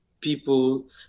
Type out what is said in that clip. people